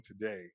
today